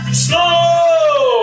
slow